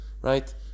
right